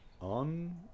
on